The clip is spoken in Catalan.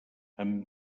amb